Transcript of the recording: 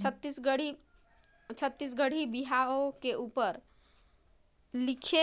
छत्तीसगढ़ी बिहाव के उपर लिखे